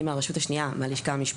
אני מהרשות השנייה, מהלשכה המשפטית.